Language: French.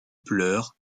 pleurs